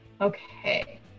okay